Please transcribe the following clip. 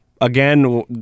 again